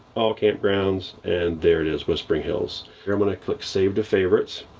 all campgrounds, and there it is whispering hills. here i'm gonna click save to favorites.